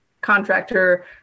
contractor